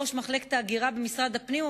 ראש מחלקת ההגירה במשרד הפנים,